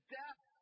death